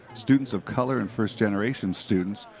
students of color and first-generation students,